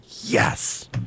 yes